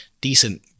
decent